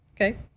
Okay